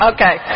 Okay